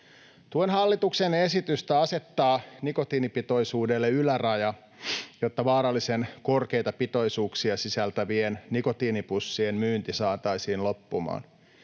Tuen hallituksen esitystä asettaa nikotiinipitoisuudelle yläraja, jotta vaarallisen korkeita pitoisuuksia sisältävien nikotiinipussien myynti saataisiin loppumaan.